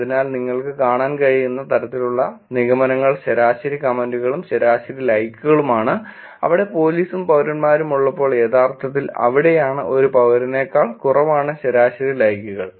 അതിനാൽ നിങ്ങൾക്ക് കാണാൻ കഴിയുന്ന തരത്തിലുള്ള നിഗമനങ്ങൾ ശരാശരി കമന്റുകളും ശരാശരി ലൈക്കുകളും ആണ് അവിടെ പോലീസും പൌരന്മാരും ഉള്ളപ്പോൾ യഥാർത്ഥത്തിൽ അവിടെയുള്ള ഒരു പൌരനെക്കാൾ കുറവാണ് ശരാശരി ലൈക്കുകൾ